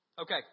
Okay